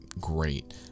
great